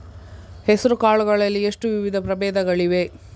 ಹೆಸರುಕಾಳು ಗಳಲ್ಲಿ ಎಷ್ಟು ವಿಧದ ಪ್ರಬೇಧಗಳಿವೆ?